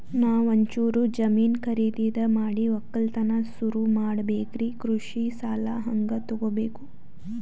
ನಾ ಒಂಚೂರು ಜಮೀನ ಖರೀದಿದ ಮಾಡಿ ಒಕ್ಕಲತನ ಸುರು ಮಾಡ ಬೇಕ್ರಿ, ಕೃಷಿ ಸಾಲ ಹಂಗ ತೊಗೊಬೇಕು?